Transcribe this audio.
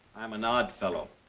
i'm an odd fellow.